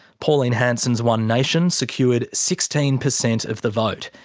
pauline hanson's one nation secured sixteen per cent of the vote,